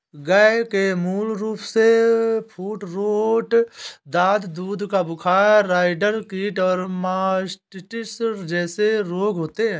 गय के मूल रूपसे फूटरोट, दाद, दूध का बुखार, राईडर कीट और मास्टिटिस जेसे रोग होते हें